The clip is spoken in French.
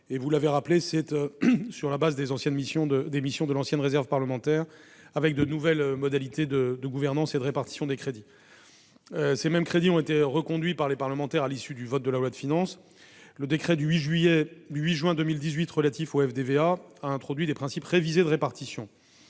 millions d'euros au FDVA pour compenser l'ancienne réserve parlementaire, avec de nouvelles modalités de gouvernance et de répartition. Ces mêmes crédits ont été reconduits par les parlementaires à l'issue du vote de la loi de finances. Le décret du 8 juin 2018 relatif au FDVA a introduit des principes révisés de répartition.